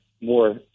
more